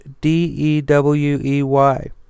D-E-W-E-Y